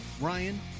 Ryan